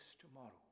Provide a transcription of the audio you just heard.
tomorrow